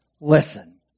listen